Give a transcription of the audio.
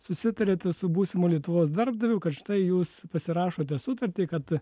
susitarėte su būsimu lietuvos darbdaviu kad štai jūs pasirašote sutartį kad